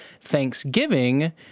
Thanksgiving